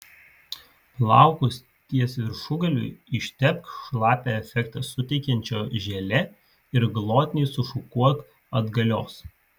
plaukus ties viršugalviu ištepk šlapią efektą suteikiančia želė ir glotniai sušukuok atgalios